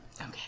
Okay